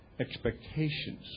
expectations